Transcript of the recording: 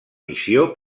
missió